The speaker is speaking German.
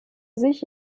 sich